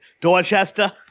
Dorchester